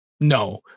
No